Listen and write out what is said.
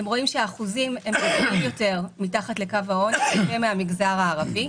אתם רואים שהאחוזים גבוהים יותר מתחת לקו העוני ובמגזר הערבי.